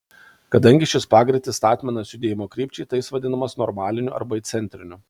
kadangi šis pagreitis statmenas judėjimo krypčiai tai jis vadinamas normaliniu arba įcentriniu